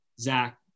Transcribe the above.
Zach